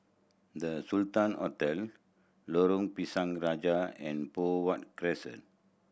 The Sultan Hotel Lorong Pisang Raja and Poh Huat Crescent